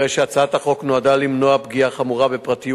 הרי שהצעת החוק נועדה למנוע פגיעה חמורה בפרטיות